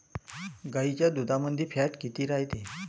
गाईच्या दुधामंदी फॅट किती रायते?